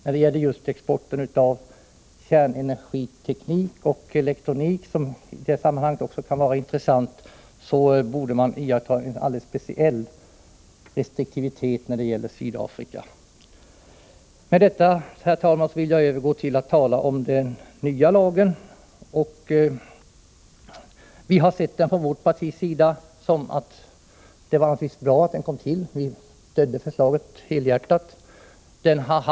När det gäller export av kärnenergiteknik och elektronik som kan vara intressant i sammanhanget borde man iaktta en alldeles speciell restriktivitet gentemot Sydafrika. Med detta, herr talman, vill jag övergå till att tala om den nya lagen om förbud mot investeringar i Sydafrika och Namibia. Från vårt partis sida anser vi att det är bra att det finns en sådan lag. Vi stödde tillkomsten av den nuvarande lagen.